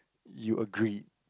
you agreed